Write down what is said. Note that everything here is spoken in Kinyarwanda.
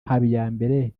habiyambere